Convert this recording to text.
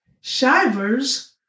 Shivers